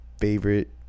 Favorite